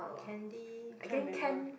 candy can't remember